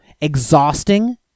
Exhausting